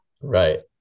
Right